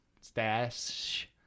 stash